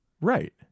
right